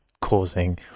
causing